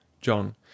JOHN